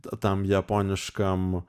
tam japoniškam